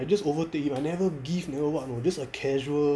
I just overtake him I never give never what you know just a casual